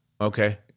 okay